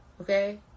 okay